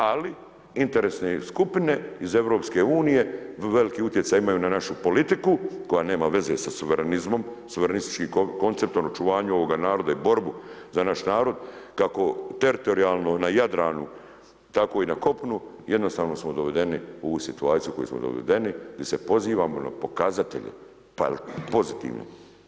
Ali interesne skupine iz Europske unije veliki utjecaj imaju na našu politiku koja nema veze sa suverenizmom, suverenistički koncept o očuvanju ovoga naroda i borbu za naš narod kako teritorijalno na Jadranu, tako i na kopnu jednostavno smo dovedeni u ovu situaciju u koju smo dovedeni gdje se pozivamo na pokazatelje pozitivne.